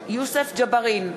יוסף ג'בארין,